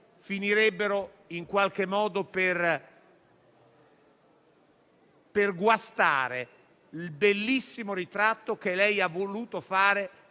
finirebbero per guastare il bellissimo ritratto che lei ha voluto fare